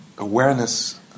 Awareness